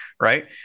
Right